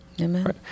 Amen